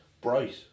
Bright